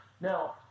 Now